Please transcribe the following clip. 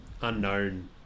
unknown